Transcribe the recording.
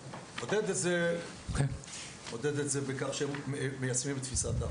מודד את זה בכך שהם מיישמים את תפיסת ההפעלה.